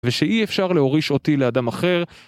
ושאי אפשר להוריש אותי לאדם אחר